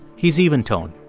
he's even toned.